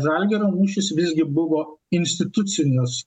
žalgirio mūšis visgi buvo institucinius